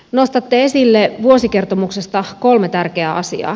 nostatte esille vuosikertomuksesta kolme tärkeää asiaa